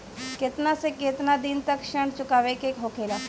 केतना से केतना दिन तक ऋण चुकावे के होखेला?